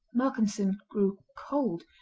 malcolmson grew cold,